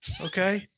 Okay